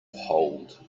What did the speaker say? hold